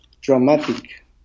dramatic